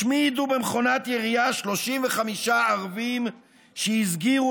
השמידו במכונת ירייה 35 ערבים שהסגירו